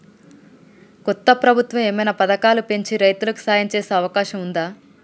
కొత్త ప్రభుత్వం ఏమైనా పథకాలు పెంచి రైతులకు సాయం చేసే అవకాశం ఉందా?